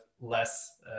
less